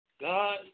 God